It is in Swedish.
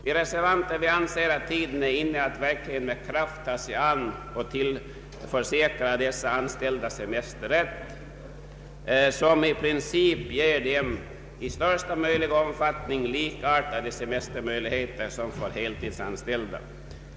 Vi reservanter anser att tiden är inne att verkligen med kraft ta sig an och tillförsäkra dessa anställda semesterrätt, som i princip ger dem i största möjliga omfattning likartade semestermöjligheter som för heltidsanställda.